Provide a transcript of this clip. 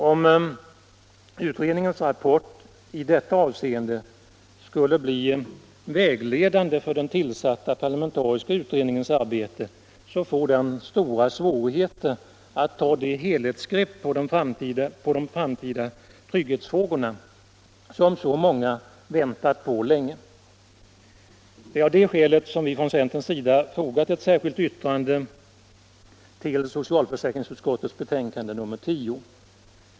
Om den utredningens rapport i detta avseende skulle bli vägledande för den tillsatta parlamentariska utredningens arbete, får denna stora svårigheter att ta det helhetsbegrepp på de framtida trygghetsfrågorna som så många länge väntat på. Det är av det skälet som vi från centerns sida fogat ett särskilt yttrande till socialförsäkringsutskottets betänkande nr 10.